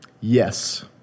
Yes